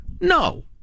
No